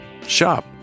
shop